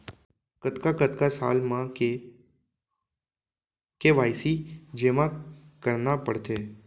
कतका कतका साल म के के.वाई.सी जेमा करना पड़थे?